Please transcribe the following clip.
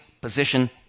position